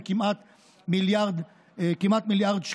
כמעט במיליארד שקלים.